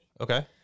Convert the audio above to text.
Okay